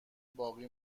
باقی